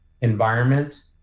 Environment